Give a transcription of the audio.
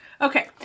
Okay